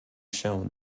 shown